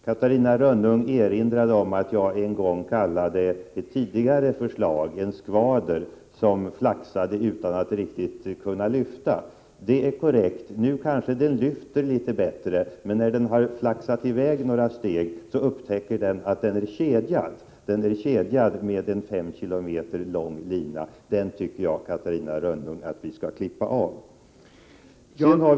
Catarina Rönnung erinrade om att jag en gång kallade ett tidigare förslag om närradion en skvader som flaxade utan att kunna lyfta, och det är korrekt. Nu kanske den lyfter litet bättre, men när den har flaxat i väg en bit upptäcker den att den är kedjad—med en 5 km lång lina. Jag tycker, Catarina Rönnung, att vi skall klippa av den linan.